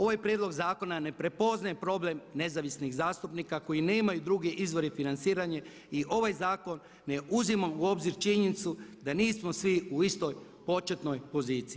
Ovaj prijedlog zakona ne prepoznaje problem nezavisnih zastupnika koji nemaju druge izvore financiranja i ovaj zakon ne uzima u obzir činjenicu da nismo svi u istoj početnoj poziciji.